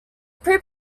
pre